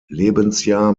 lebensjahr